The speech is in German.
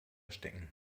stecken